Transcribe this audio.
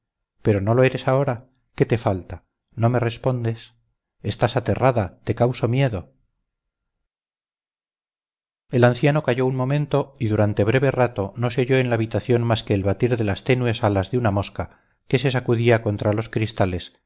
pero no lo eres ahora qué te falta no me respondes estás aterrada te causo miedo el anciano calló un momento y durante breve rato no se oyó en la habitación más que el batir de las tenues alas de una mosca que se sacudía contra los cristales